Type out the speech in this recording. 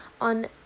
on